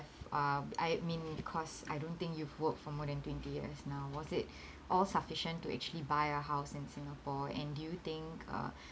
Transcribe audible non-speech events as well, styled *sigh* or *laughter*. uh I mean because I don't think you've worked for more than twenty years now was it *breath* all sufficient to actually buy a house in singapore and do you think uh